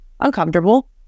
uncomfortable